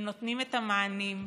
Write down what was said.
הם נותנים את המענים.